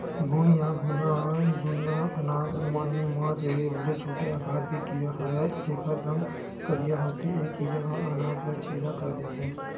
घुन या घुना ह जुन्ना अनाज मन म रहें वाले छोटे आकार के कीरा हरयए जेकर रंग करिया होथे ए कीरा ह अनाज ल छेंदा कर देथे